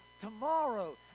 tomorrow